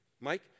Mike